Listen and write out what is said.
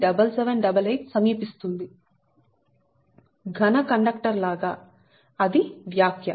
7788 సమీపిస్తుంది ఘన కండక్టర్ లాగా అది వ్యాఖ్య